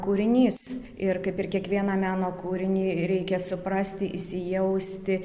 kūrinys ir kaip ir kiekvieną meno kūrinį reikia suprasti įsijausti